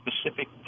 specific